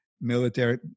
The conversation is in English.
military